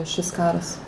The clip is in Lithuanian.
šis karas